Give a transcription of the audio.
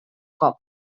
cop